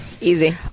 easy